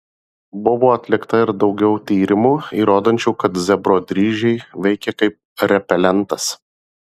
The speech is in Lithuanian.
buvo atlikta ir daugiau tyrimų įrodančių kad zebro dryžiai veikia kaip repelentas